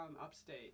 upstate